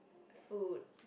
food